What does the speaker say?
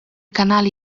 canale